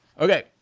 Okay